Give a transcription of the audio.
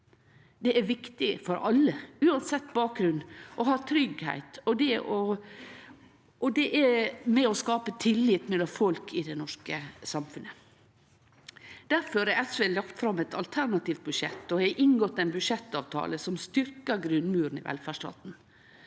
Det er viktig for alle, uansett bakgrunn, å ha tryggleik, og det er med på å skape tillit mellom folk i det norske samfunnet. SV har difor lagt fram eit alternativt budsjett og inngått ein budsjettavtale som styrkjer grunnmuren i velferdsstaten.